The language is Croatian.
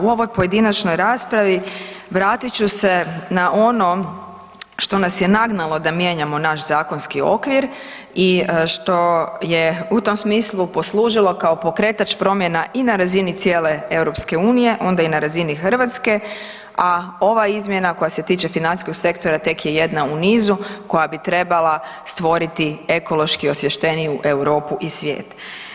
U ovoj pojedinačnoj raspravi vratit ću se na ono što nas je nagnalo da mijenjamo naš zakonski okvir i što je u tom smislu poslužilo kao pokretač promjena i na razini cijele EU, onda i na razini Hrvatske, a ova izmjena koja se tiče financijskog sektora tek je jedna u nizu koja bi trebala stvoriti ekološki osvješteniju Europu i svijet.